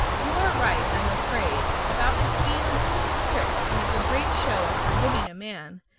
you are right, i am afraid, about its being a woman's trick to make a great show of forgiving a man,